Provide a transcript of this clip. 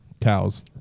Cows